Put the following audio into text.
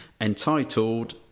entitled